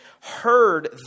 heard